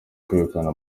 kwegukana